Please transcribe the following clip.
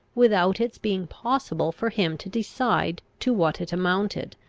without its being possible for him to decide to what it amounted,